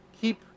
keep